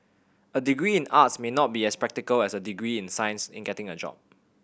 a degree in arts may not be as practical as a degree in science in getting a job